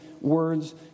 words